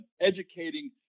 educating